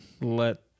let